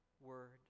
word